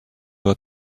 were